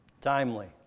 Timely